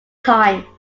time